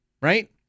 Right